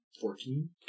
Fourteen